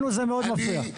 לנו זה מאוד מפריע.